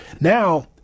Now